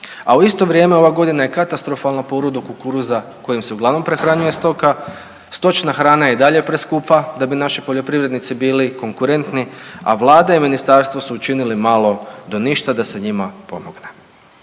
a u isto vrijeme ova godina je katastrofalna po urodu kukuruza kojim se uglavnom prehranjuje stoka, stočna hrana je i dalje preskupa da bi naši poljoprivrednici bili konkurentni, a vlada i ministarstvo su učinili malo do ništa da se njima pomogne.